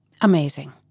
Amazing